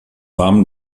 warmen